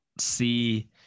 see